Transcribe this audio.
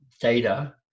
data